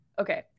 okay